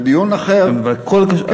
אבל הם מפעילים,